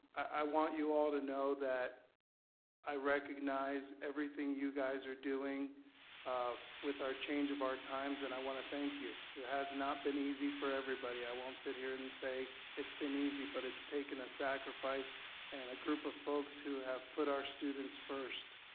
i want you all to know that i recognize everything that you guys are doing with our change of our times and i want to thank you. it has not been easy for everybody. i won't sit here and and say it's been easy but it's taken a sacrifice and a group of folks who have put our students first